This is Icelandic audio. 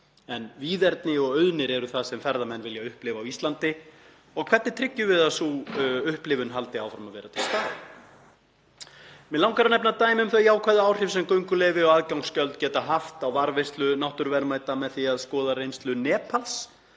en víðerni og auðnir eru það sem ferðamenn vilja upplifa á Íslandi. Hvernig tryggjum við að sú upplifun haldi áfram að vera til staðar? Mig langar að nefna dæmi um þau jákvæðu áhrif sem gönguleyfi og aðgangsgjöld geta haft á varðveislu náttúruverðmæta með því að skoða reynslu Nepals.